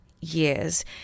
years